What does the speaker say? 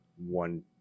one